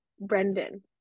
Brendan